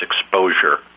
exposure